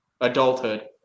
adulthood